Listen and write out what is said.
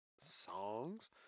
songs